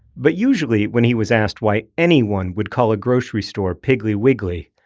but usually when he was asked why anyone would call a grocery store piggly wiggly,